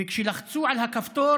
וכשלחצו על הכפתור